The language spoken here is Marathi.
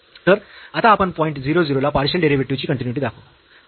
तर आता आपण पॉईंट 0 0 ला पार्शियल डेरिव्हेटिव्ह ची कन्टीन्यूईटी दाखवू